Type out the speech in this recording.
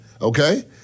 okay